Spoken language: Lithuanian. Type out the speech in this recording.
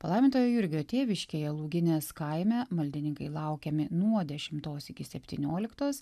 palaimintojo jurgio tėviškėje lūginės kaime maldininkai laukiami nuo dešimtos iki septynioliktos